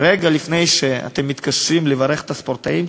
רגע לפני שאתם מתקשרים לברך את הספורטאים,